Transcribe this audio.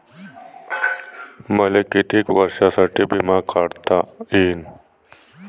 मले कितीक वर्षासाठी बिमा काढता येईन?